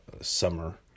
summer